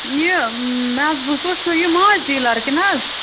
یہِ مےٚ حظ بوٗز تُہۍ چھُو یہِ مانٛچھ ڈیٖلَر کِنہٕ حظ